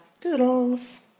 Doodles